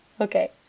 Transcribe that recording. Okay